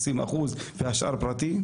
20% והשאר פרטי?